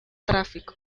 tráfico